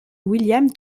william